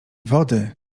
wody